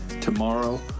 tomorrow